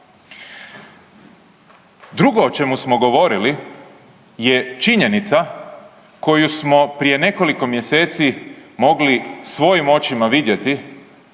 Drugo o čemu smo govorili je činjenica koju smo prije nekoliko mjeseci mogli svojim očima vidjeti,